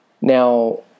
Now